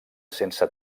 sense